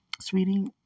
sweetie